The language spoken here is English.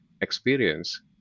experience